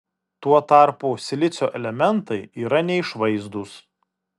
tuo tarpu silicio elementai yra neišvaizdūs